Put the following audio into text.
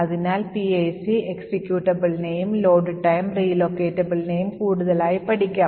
അതിനാൽ PIC executablesനെയും load time relocatableനെയും കൂടുതലായി പഠിക്കാം